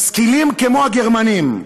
משכילים כמו הגרמנים,